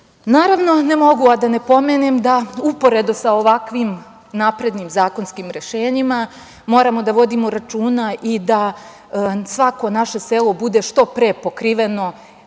sistem. Naravno, ne mogu a da ne pomenem da uporedo sa ovakvim naprednim zakonskim rešenjima moramo da vodimo računa i da svako naše selo bude što pre pokriveno